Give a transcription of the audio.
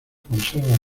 conserva